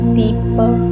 deeper